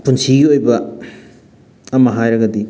ꯄꯨꯟꯁꯤꯒꯤ ꯑꯣꯏꯕ ꯑꯃ ꯍꯥꯏꯔꯒꯗꯤ